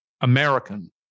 American